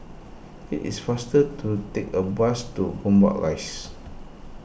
it is faster to take a bus to Gombak Rise